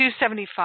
275